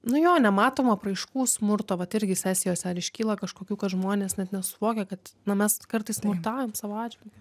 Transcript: nu jo nematomų apraiškų smurto vat irgi sesijose ar iškyla kažkokių kad žmonės net nesuvokia kad na mes kartais smurtaujam savo atžvilgiu